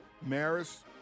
Maris